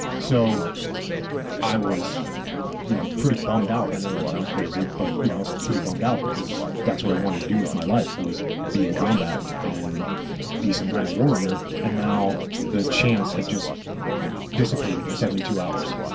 so i was you know pretty bummed out. i know that sounds crazy but you know i was pretty bummed out because that's what i wanted to do with my life was be in combat and be some kind of warrior. and now the chance had just dissipated in seventy two hours.